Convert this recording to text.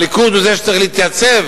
הליכוד הוא זה שצריך להתייצב,